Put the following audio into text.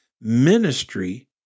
Ministry